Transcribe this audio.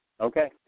Okay